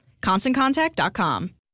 ConstantContact.com